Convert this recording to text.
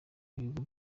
ibigo